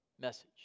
message